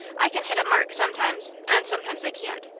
i can hit a mark sometimes, and sometimes i can't.